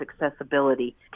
accessibility